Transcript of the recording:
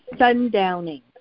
Sundowning